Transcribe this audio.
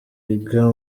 biga